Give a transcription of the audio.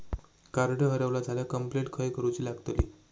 Card हरवला झाल्या complaint खय करूची लागतली?